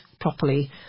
properly